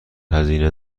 هزینه